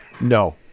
No